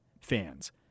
fans